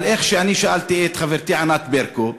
אבל איך שאני שמעתי את חברתי ענת ברקו,